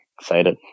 excited